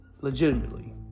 legitimately